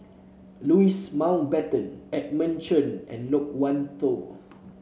Louis Mountbatten Edmund Chen and Loke Wan Tho